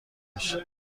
باشه